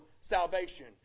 salvation